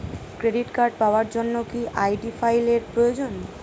Credit card পাওয়ার জন্য কি আই.ডি ফাইল এর প্রয়োজন?